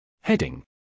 Heading